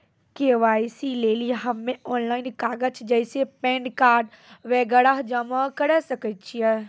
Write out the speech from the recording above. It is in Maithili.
के.वाई.सी लेली हम्मय ऑनलाइन कागज जैसे पैन कार्ड वगैरह जमा करें सके छियै?